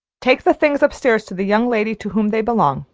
take the things upstairs to the young lady to whom they belong,